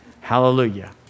Hallelujah